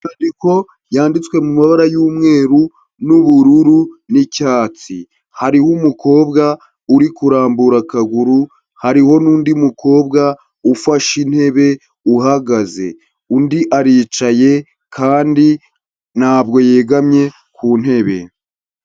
Inyariko yanditswe mubara y'umweru, n'ubururu, n'icyatsi hariho umukobwa uri kurambura akaguru, hariho nundi mukobwa ufashe intebe uhagaze, undi aricaye kandi ntabwo yegamye ku ntebe.